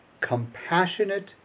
compassionate